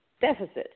deficit